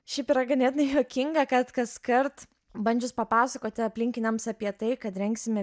šiaip yra ganėtinai juokinga kad kaskart bandžius papasakoti aplinkiniams apie tai kad rengsime